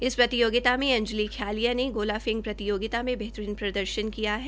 इस प्रतियोगिता में अंजली ख्यालिया ने गोला फैंककर प्रतियोगिता मे बेहतरीन प्रदर्शन किया है